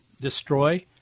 destroy